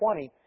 20